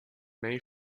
may